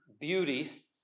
beauty